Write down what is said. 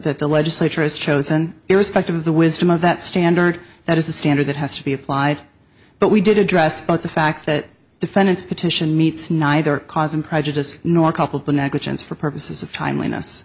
that the legislature has chosen irrespective of the wisdom of that standard that is the standard that has to be applied but we did address about the fact that defendants petition meets neither causing prejudice nor couple but negligence for purposes of tim